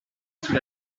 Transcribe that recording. sous